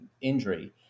injury